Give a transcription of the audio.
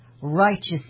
righteous